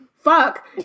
fuck